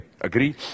agree